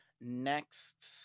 next